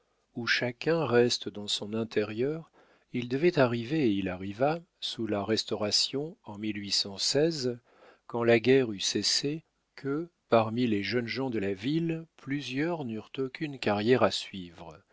où chacun reste dans son intérieur il devait arriver et il arriva sous la restauration en quand la guerre eut cessé que parmi les jeunes gens de la ville plusieurs n'eurent aucune carrière à suivre